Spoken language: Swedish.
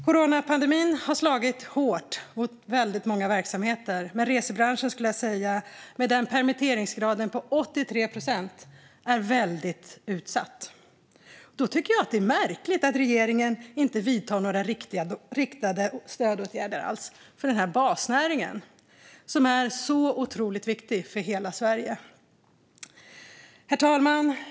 Coronapandemin har slagit hårt mot många verksamheter, men jag skulle säga att resebranschen, med en permitteringsgrad på 83 procent, är väldigt utsatt. Då tycker jag att det är märkligt att regeringen inte vidtar några riktade stödåtgärder alls för denna basnäring som är otroligt viktig för hela Sverige. Herr talman!